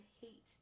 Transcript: hate